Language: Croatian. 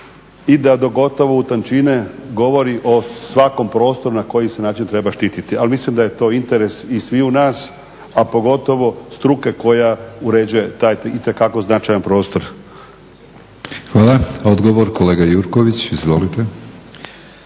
i da gotovo u tančine govori o svakom prostoru na koji se način treba štititi. Ali mislim da je to interes i sviju nas, a pogotovo struke koja uređuje taj itekako značajan prostor. **Batinić, Milorad (HNS)** Hvala. Odgovor, kolega Jurković. Izvolite.